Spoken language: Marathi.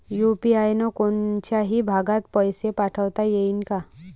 यू.पी.आय न कोनच्याही भागात पैसे पाठवता येईन का?